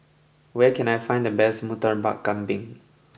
where can I find the best murtabak kambing